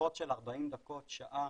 שיחות של 40 דקות, שעה.